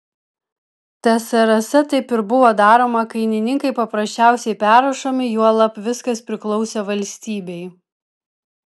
tsrs taip ir buvo daroma kainininkai paprasčiausiai perrašomi juolab viskas priklausė valstybei